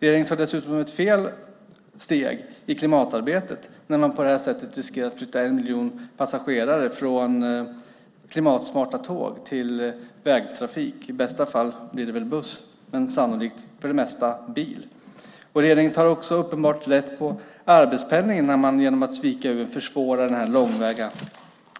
Regeringen tar dessutom ett felsteg i klimatarbetet när man på det här sättet riskerar att flytta en miljon passagerare från klimatsmarta tåg till vägtrafik. I bästa fall blir det buss men sannolikt för det mesta bil. Regeringen tar uppenbarligen också lätt på arbetspendlingen när man genom att svika Uven försvårar den långväga